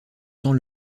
sans